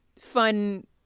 fun